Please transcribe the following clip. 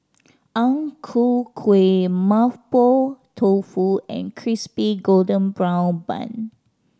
Ang Ku Kueh Mapo Tofu and Crispy Golden Brown Bun